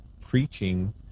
preaching